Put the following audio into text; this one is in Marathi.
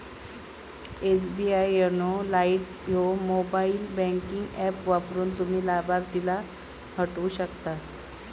एस.बी.आई योनो लाइट ह्या मोबाईल बँकिंग ऍप वापरून, तुम्ही लाभार्थीला हटवू शकतास